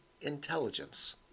intelligence